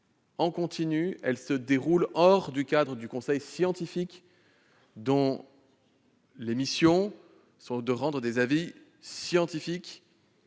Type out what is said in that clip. en continu se déroule hors du cadre du conseil scientifique, dont les missions sont de rendre des avis scientifiques